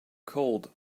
cold